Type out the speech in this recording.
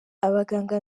abaganga